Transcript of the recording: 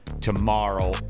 tomorrow